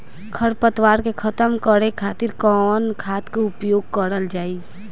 खर पतवार के खतम करे खातिर कवन खाद के उपयोग करल जाई?